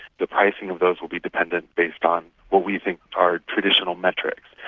the pricing of those will be dependent based on what we think are traditional metrics,